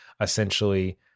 essentially